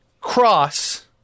cross